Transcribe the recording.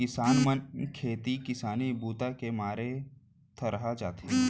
किसान मन खेती किसानी बूता के मारे थरहा जाथे